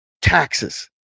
taxes